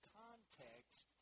context